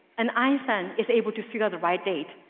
and einstein is able to figure out the right date.